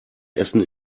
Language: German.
essen